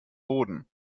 boden